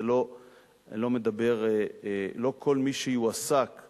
לא כל מי שיועסקו